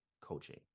coaching